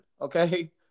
Okay